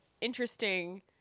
interesting